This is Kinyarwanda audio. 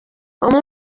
umwe